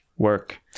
Work